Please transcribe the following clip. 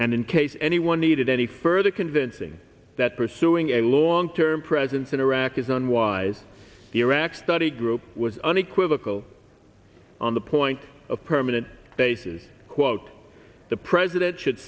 and in case anyone needed any further convincing that pursuing a long term presence in iraq is unwise the iraq study group was unequivocal on the point of permanent bases quote the president should